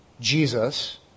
Jesus